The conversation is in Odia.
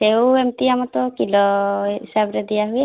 ସେଓ ଏମିତି ଆମର ତ କିଲୋ ହିସାବରେ ଦିଆ ହୁଏ